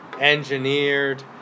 engineered